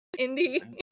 indie